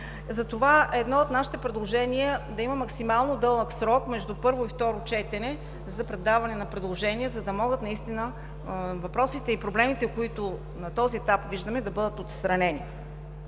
Затова едно от нашите предложения е да има максимално дълъг срок между първо и второ четене за даване на предложения, за да могат наистина въпросите и проблемите, които на този етап виждаме, да бъдат отстранени.